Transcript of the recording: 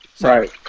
Right